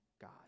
God